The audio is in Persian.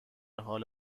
حال